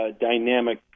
dynamic